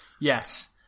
Yes